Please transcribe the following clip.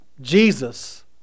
Jesus